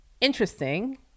Interesting